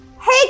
Hey